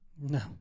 no